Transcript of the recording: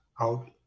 out